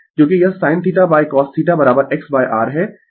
क्योंकि यह sin θcosθ XR है